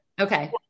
Okay